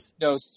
no